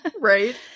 right